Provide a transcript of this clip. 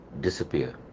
disappear